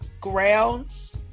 grounds